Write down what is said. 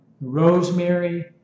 rosemary